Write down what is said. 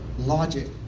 logic